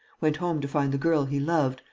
went home to find the girl he loved,